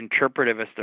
interpretivist